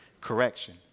correction